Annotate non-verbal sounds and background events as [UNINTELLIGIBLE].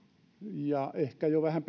ja ehkä jo vähän [UNINTELLIGIBLE]